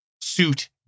suit